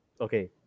Okay